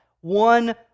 One